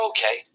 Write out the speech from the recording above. Okay